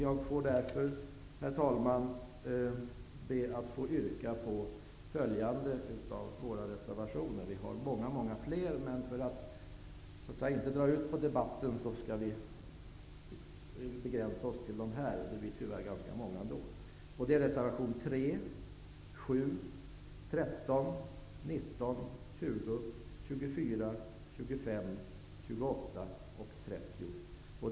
Jag ber därför, herr talman, att få yrka bifall till följande av Ny demokratis reservationer. Vi har många fler, men för att inte dra ut på debatten skall vi begränsa oss till dessa. Det blir tyvärr ganska många ändå. Jag yrkar bifall till reservationerna 3, 7, 13, 19, 20, 24, 25, 28 och 30.